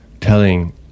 telling